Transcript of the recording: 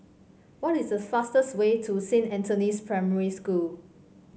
what is the fastest way to Saint Anthony's Primary School